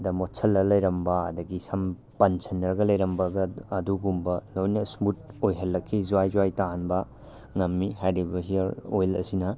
ꯗ ꯃꯣꯠꯁꯤꯜꯂꯒ ꯂꯩꯔꯝꯕ ꯑꯗꯨꯗꯒꯤ ꯁꯝ ꯄꯟꯁꯤꯟꯅꯔꯒ ꯂꯩꯔꯝꯕꯒ ꯑꯗꯨꯒꯨꯝꯕ ꯂꯣꯏꯅ ꯁ꯭ꯃꯨꯠ ꯑꯣꯏꯍꯜꯂꯛꯈꯤ ꯖ꯭ꯋꯥꯏ ꯖ꯭ꯋꯥꯏ ꯇꯥꯍꯟꯕ ꯉꯝꯃꯤ ꯍꯥꯏꯔꯤꯕ ꯍꯤꯌꯔ ꯑꯣꯏꯜ ꯑꯁꯤꯅ